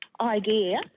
idea